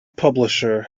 publisher